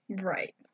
Right